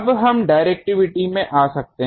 अब हम डिरेक्टिविटी में आ सकते हैं